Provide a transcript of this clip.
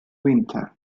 winter